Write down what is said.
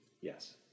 Yes